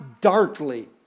darkly